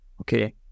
okay